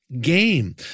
game